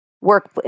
work